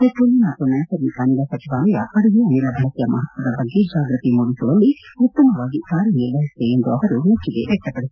petroleum ಮತ್ತು ನೈಸರ್ಗಿಕ ಅನಿಲ ಸಚಿವಾಲಯ ಅಡುಗೆ ಅನಿಲ ಬಳಕೆಯ ಮಹತ್ವದ ಬಗ್ಗೆ ಜಾಗೃತಿ ಮೂಡಿಸುವಲ್ಲಿ ಉತ್ತಮವಾಗಿ ಕಾರ್ಯನಿರ್ವಹಿಸಿದೆ ಎಂದು ಅವರು ಮೆಚ್ಚುಗೆ ವ್ಯಕ್ತಪಡಿಸಿದರು